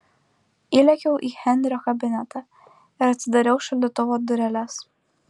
įlėkiau į henrio kabinetą ir atidariau šaldytuvo dureles